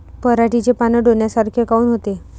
पराटीचे पानं डोन्यासारखे काऊन होते?